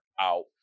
out